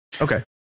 Okay